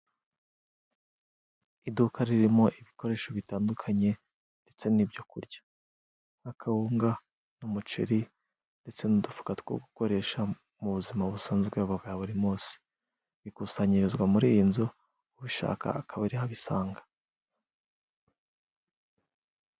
Iduka ririmo ibikoresho bitandukanye ndetse n'ibyo kurya .Nk'akawunga n'umuceri ndetse n'udufuka two gukoresha mu buzima busanzwe bwa buri munsi. Bikusanyirizwa muri iyi nzu ubishaka akaba ariho abisanga.